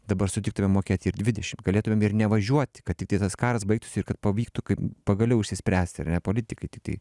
dabar sutiktumėm mokėti ir dvidešim galėtumėm ir nevažiuoti kad tiktai tas karas baigtųsi ir kad pavyktų kaip pagaliau išsispręsti ar ne politikai tiktai